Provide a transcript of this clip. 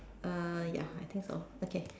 uh ya I think so okay